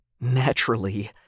Naturally